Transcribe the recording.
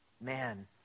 Man